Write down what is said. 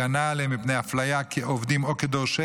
הגנה עליהם מפני אפליה כעובדים או כדורשי